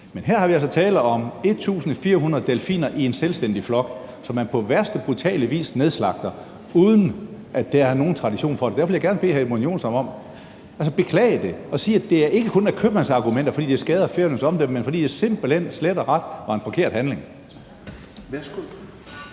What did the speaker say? Men her er der altså tale om 1.400 delfiner i en selvstændig flok, som man på værste brutale vis nedslagtede, uden at der er nogen tradition for det. Derfor vil jeg gerne bede hr. Edmund Joensen om at beklage det og sige, at det ikke kun handler om købmandsargumenter, fordi det skader Færøernes omdømme, men fordi det simpelt hen slet og ret var en forkert handling.